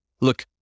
Look